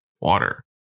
water